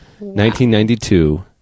1992